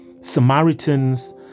Samaritans